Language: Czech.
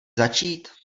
začít